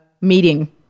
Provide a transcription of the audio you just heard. meeting